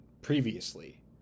previously